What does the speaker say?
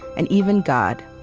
and even god.